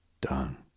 Done